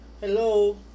hello